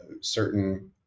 certain